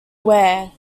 weir